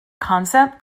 concept